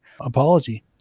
apology